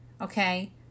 Okay